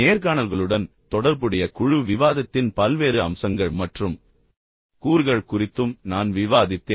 நேர்காணல்களுடன் தொடர்புடைய குழு விவாதத்தின் பல்வேறு அம்சங்கள் மற்றும் கூறுகள் குறித்தும் நான் விவாதித்தேன்